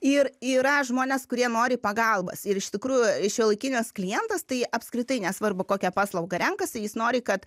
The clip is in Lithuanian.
ir yra žmonės kurie nori pagalbos ir iš tikrųjų šiuolaikinis klientas tai apskritai nesvarbu kokią paslaugą renkasi jis nori kad